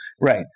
Right